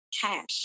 cash